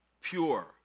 pure